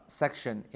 section